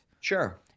Sure